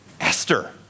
Esther